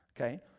okay